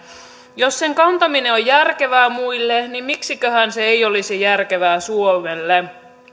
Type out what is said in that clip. jos sen kantaminen on järkevää muille niin miksiköhän se ei olisi järkevää suomelle